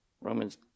Romans